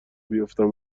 بیفتم